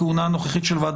הכהונה הנוכחית שלה,